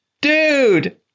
Dude